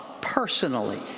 personally